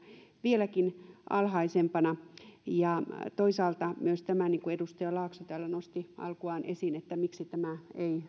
vieläkin alhaisempana toisaalta myös tämä minkä edustaja laakso täällä nosti alkuaan esiin miksi tämä ei